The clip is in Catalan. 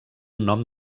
nom